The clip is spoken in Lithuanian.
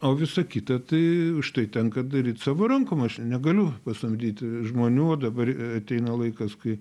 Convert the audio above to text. o visa kita tai už tai tenka daryt savo rankom aš negaliu pasamdyt žmonių o dabar ateina laikas kai